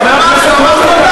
חבר הכנסת רוזנטל,